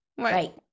Right